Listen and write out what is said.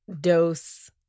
dose